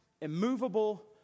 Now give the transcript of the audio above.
immovable